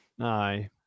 Aye